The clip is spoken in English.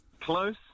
Close